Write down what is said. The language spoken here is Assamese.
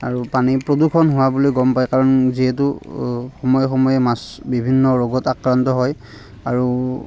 আৰু পানী প্ৰদূষণ হোৱা বুলি গম পাই কাৰণ যিহেতু সময়ে সময়ে মাছ বিভিন্ন ৰোগত আক্ৰান্ত হয় আৰু